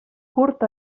curt